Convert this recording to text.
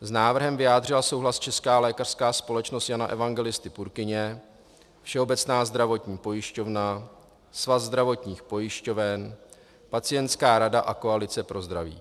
S návrhem vyjádřila souhlas Česká lékařská společnost Jana Evangelisty Purkyně, Všeobecná zdravotní pojišťovna, Svaz zdravotních pojišťoven, Pacientská rada a Koalice pro zdraví.